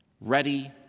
ready